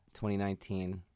2019